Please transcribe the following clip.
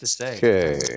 okay